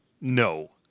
No